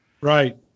Right